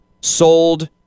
sold